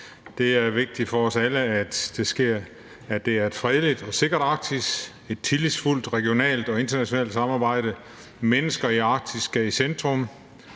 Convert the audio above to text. som er vigtige for os alle: At det er et fredeligt og sikkert Arktis; at der er et tillidsfuldt og regionalt og internationalt samarbejde; at mennesker i Arktis skal i centrum;